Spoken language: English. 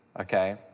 okay